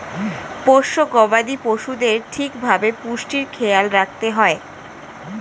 পোষ্য গবাদি পশুদের ঠিক ভাবে পুষ্টির খেয়াল রাখতে হয়